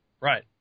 Right